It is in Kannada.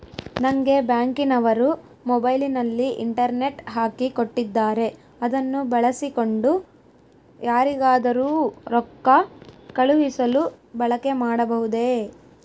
ನಂಗೆ ಬ್ಯಾಂಕಿನವರು ಮೊಬೈಲಿನಲ್ಲಿ ಇಂಟರ್ನೆಟ್ ಹಾಕಿ ಕೊಟ್ಟಿದ್ದಾರೆ ಅದನ್ನು ಬಳಸಿಕೊಂಡು ಯಾರಿಗಾದರೂ ರೊಕ್ಕ ಕಳುಹಿಸಲು ಬಳಕೆ ಮಾಡಬಹುದೇ?